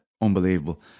Unbelievable